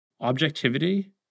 Objectivity